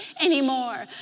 anymore